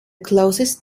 closest